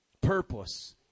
purpose